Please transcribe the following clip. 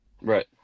right